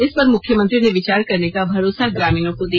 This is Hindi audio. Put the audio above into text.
इस पर मुख्यमंत्री ने विचार करने का भरोसा ग्रामीणों को दिया